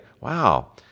wow